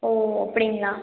ஓ அப்படிங்களா